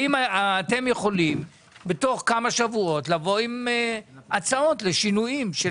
האם אתם יכולים בתוך כמה שבועות לבוא עם הצעות לשינויים?